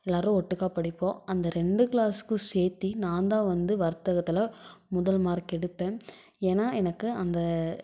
எல்லாேரும் ஒட்டுக்காக படிப்போம் அந்த ரெண்டு க்ளாஸ்சுக்கும் சேர்த்தி நான்தான் வந்து வர்த்தகத்தில் முதல் மார்க் எடுப்பேன் ஏன்னால் எனக்கு அந்த